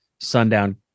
Sundown